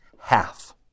Half